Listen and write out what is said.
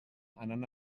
anant